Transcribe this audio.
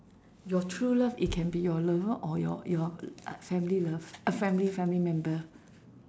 your true love it can be your lover or your your uh family love family family member